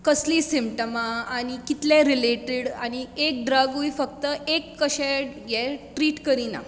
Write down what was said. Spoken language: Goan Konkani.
कसलीं सिमटमां आनी कितले रिलेटीड आनी एक ड्रगूय फक्त एक कशें हें ट्रिट करिना